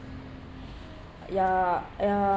ya ya